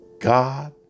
God